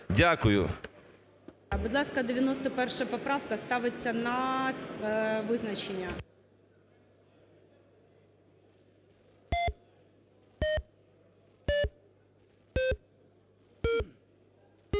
Будь ласка, 91 поправка ставиться на визначення.